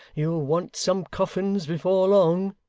you'll want some coffins before long